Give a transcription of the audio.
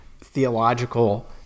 theological